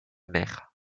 mère